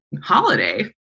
holiday